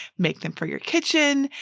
make them for your kitchen.